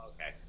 okay